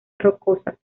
rocosas